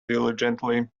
diligently